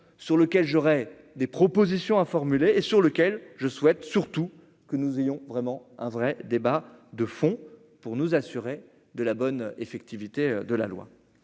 sur lequel j'aurais des propositions à formuler et sur lequel je souhaite surtout que nous ayons vraiment un vrai débat de fond pour nous assurer de la bonne effectivité de la loi,